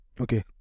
Okay